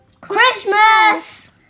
Christmas